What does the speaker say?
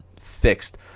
fixed